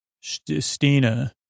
Stina